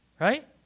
right